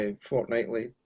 fortnightly